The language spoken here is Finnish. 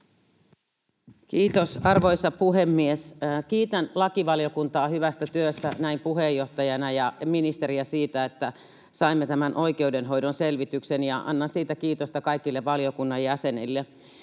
Kiitos, arvoisa puhemies! Kiitän lakivaliokuntaa hyvästä työstä näin puheenjohtajana ja ministeriä siitä, että saimme tämän oikeudenhoidon selvityksen, ja annan siitä kiitosta kaikille valiokunnan jäsenille.